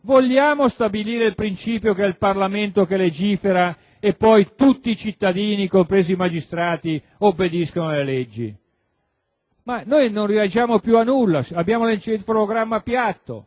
vogliamo stabilire il principio che è il Parlamento che legifera e poi tutti i cittadini, compresi i magistrati, obbediscono alle leggi? Non reagiamo più a nulla, abbiamo l'encefalogramma piatto.